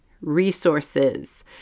resources